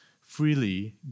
freely